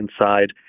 inside